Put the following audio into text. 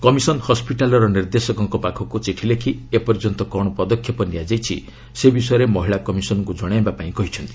commission ହସ୍ୱିଟାଲର ନିର୍ଦ୍ଦେଶକଙ୍କ ପାଖକୁ ଚିଠି ଲେଖି ଏପର୍ଯ୍ୟନ୍ତ କ'ଣ ପଦକ୍ଷେପ ନିଆଯାଇଛି ସେ ବିଷୟରେ ମହିଳା କମିଶନଙ୍କୁ ଜଣାଇବା ପାଇଁ କହିଛନ୍ତି